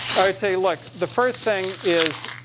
i'd say look, the first thing is,